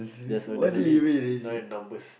there's a there's only nine numbers